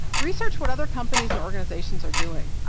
research what other companies and organizations are doing,